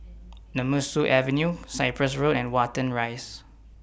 Nemesu Avenue Cyprus Road and Watten Rise